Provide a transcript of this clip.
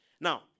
Now